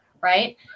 Right